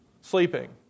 sleeping